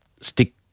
stick